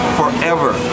forever